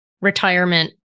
retirement